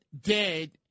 dead